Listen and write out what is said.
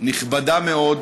נכבדה מאוד,